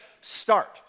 start